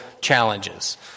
challenges